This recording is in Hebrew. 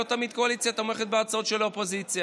אבל לא תמיד הקואליציה תומכת בהצעות של אופוזיציה.